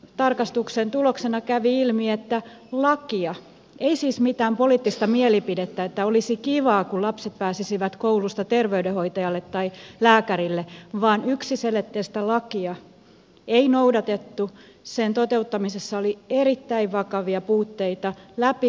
tarkastuksen tuloksena kävi ilmi että lakia ei siis mitään poliittista mielipidettä että olisi kiva kun lapset pääsisivät koulusta terveydenhoitajalle tai lääkärille vaan yksiselitteistä lakia ei noudatettu sen toteuttamisessa oli erittäin vakavia puutteita läpi koko suomen